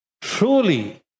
truly